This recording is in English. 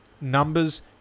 Numbers